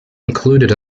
included